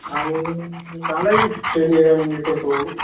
आं दालाय जोंनि गामिनिफोरखौ